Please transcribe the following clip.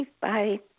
Bye